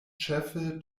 ĉefe